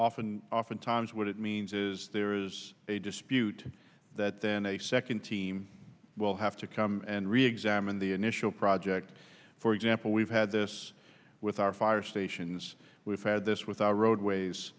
often oftentimes what it means is there is a dispute that then a second team will have to come and reexamine the initial project for example we've had this with our fire stations we've had this with our roadways